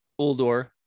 Uldor